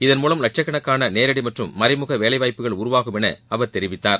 இதன் மூலம் லட்சக்கணக்கான நேரடி மற்றும் மறைமுக வேலை வாய்ப்புகள் உருவாகும் என அவர் தெரிவித்தார்